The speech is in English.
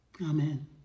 Amen